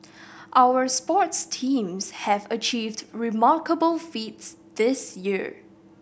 our sports teams have achieved remarkable feats this year